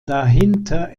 dahinter